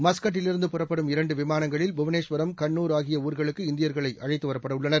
மஸ்கட்டில் இருந்து புறப்படும் இரண்டு விமானங்களில் புவனேஸ்வரம்கண்னூர் ஆகிய ஊர்களுக்கு இந்தியர்களை அழைத்துவரப்பட உள்ளனர்